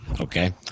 Okay